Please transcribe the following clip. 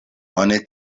oni